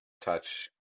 touch